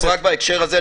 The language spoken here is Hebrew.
רק בהקשר הזה,